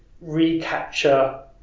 recapture